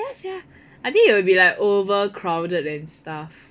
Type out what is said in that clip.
ya sia I think it'll be like overcrowded and stuff